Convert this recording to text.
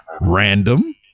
random